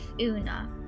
una